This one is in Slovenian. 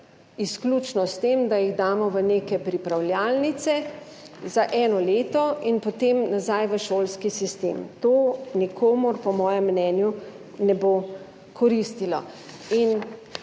izključno s tem, da jih damo v neke pripravljalnice za eno leto in potem nazaj v šolski sistem. To nikomur po mojem mnenju ne bo koristilo.